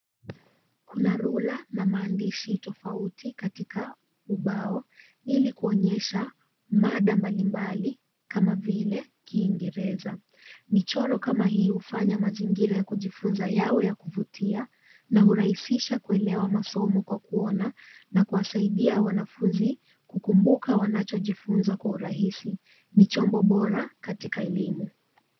Kuna rula na maandishi tofauti katika ubao. Ili kuonyesha mada mbalimbali, kama vile Kiingereza. Michoro kama hii hufanya mazingira ya kujifunza yawe ya kuvutia na hurahisisha kuelewa masomo kwa kuona na kuwasaidia wanafunzi kukumbuka wanachojifunza kwa urahisi. Ni chombo bora katika elimu.